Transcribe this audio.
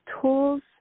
tools